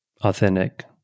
authentic